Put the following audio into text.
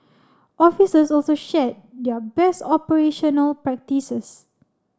officers also shared their best operational practices